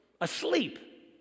asleep